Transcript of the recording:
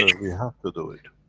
we have to do it,